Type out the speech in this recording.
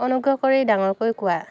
অনুগ্ৰহ কৰি ডাঙৰকৈ কোৱা